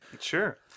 Sure